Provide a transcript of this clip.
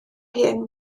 hen